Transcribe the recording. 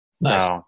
Nice